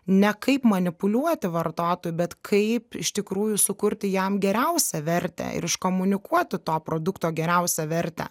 ne kaip manipuliuoti vartotoju bet kaip iš tikrųjų sukurti jam geriausią vertę ir iškomunikuoti to produkto geriausią vertę